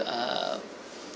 err